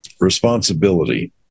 responsibility